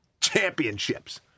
championships